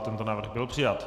Tento návrh byl přijat.